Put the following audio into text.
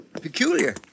peculiar